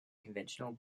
conventional